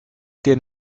dir